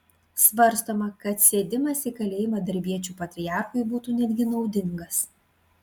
svarstoma kad sėdimas į kalėjimą darbiečių patriarchui būtų netgi naudingas